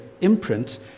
imprint